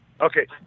Okay